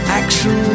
action